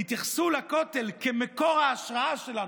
התייחסו לכותל כאל מקור ההשראה שלנו,